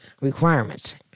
requirements